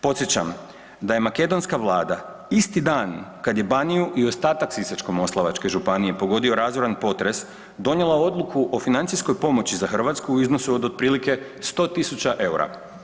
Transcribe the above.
Podsjećam da je makedonska vlada isti dan kad je Baniju i ostatak Sisačko-moslavačke županije pogodio razoran potres donijela odluku o financijskoj pomoći za Hrvatsku u iznosu od otprilike 100.000 EUR-a.